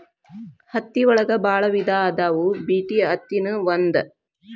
ಹತ್ತಿ ಒಳಗ ಬಾಳ ವಿಧಾ ಅದಾವ ಬಿಟಿ ಅತ್ತಿ ನು ಒಂದ